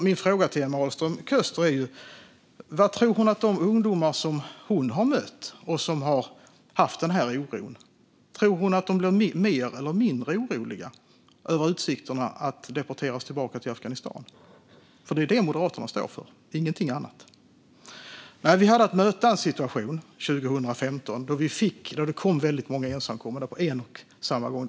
Min fråga till Emma Ahlström Köster är därför: Tror hon att de ungdomar som hon har mött och som har haft den här oron blir mer eller mindre oroliga över utsikterna att deporteras till Afghanistan? Det är ju det Moderaterna står för och ingenting annat. Vi hade att möta en situation 2015 då det kom väldigt många ensamkommande på en och samma gång.